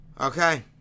Okay